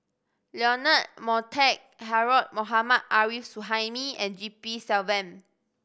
Leonard Montague Harrod Mohammad Arif Suhaimi and G P Selvam